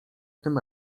tym